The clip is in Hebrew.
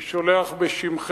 אני שולח בשמכם,